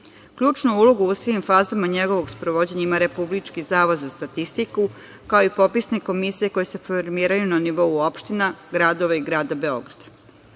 popisa. Ključnu ulogu u svim fazama njegovog sprovođenja ima Republički zavod za statistiku, kao i popisne komisije koje se formiraju na nivou opština, gradova i grada Beograda. Popisom